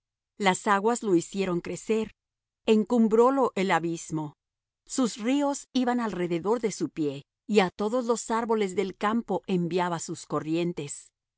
las aguas lo hicieron crecer encumbrólo el abismo sus ríos iban alrededor de su pie y á todos los árboles del campo enviaba sus corrientes